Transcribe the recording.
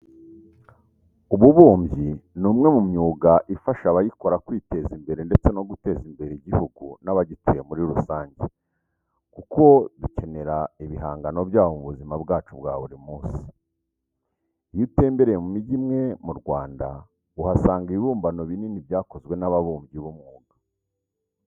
Ububumbyi ni umwe mu myuga ifasha abayikora kwiteza imbere ndetse no guteza imbere igihugu n'abagituye muri rusange kuko dukenera ibihangano byabo mu buzima bwacu bwa buri munsi. Iyo utembereye mu migi imwe mu Rwanda, uhasanga ibibumbano binini byakozwe n'ababumbyi b'umwuga.